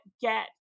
get